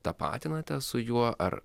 tapatinatės su juo ar